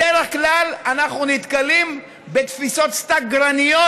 בדרך כלל אנחנו נתקלים בתפיסות סתגרניות,